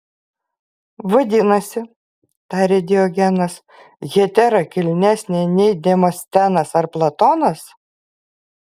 vadinasi tarė diogenas hetera kilnesnė nei demostenas ar platonas